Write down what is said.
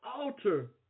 Alter